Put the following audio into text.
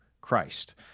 Christ